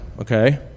okay